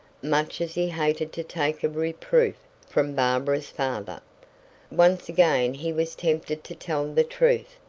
much as he hated to take a reproof from barbara's father. once again he was tempted to tell the truth,